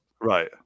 Right